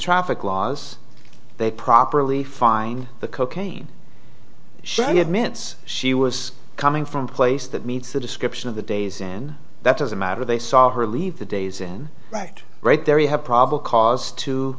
traffic laws they properly find the cocaine shiny admits she was coming from place that meets the description of the days and that doesn't matter they saw her leave the days inn right right there you have probable cause to